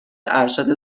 ارشد